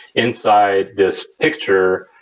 inside this picture,